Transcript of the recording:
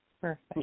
Perfect